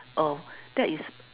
oh that is